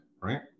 right